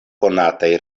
konataj